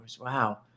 Wow